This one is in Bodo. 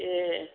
ए